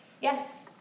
Yes